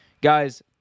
Guys